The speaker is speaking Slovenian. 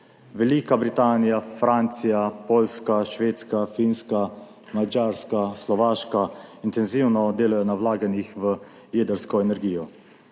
Velika Britanija, Francija, Poljska, Švedska, Finska, Madžarska, Slovaška intenzivno delajo na vlaganjih v jedrsko energijo,